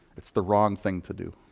it's the wrong thing to do.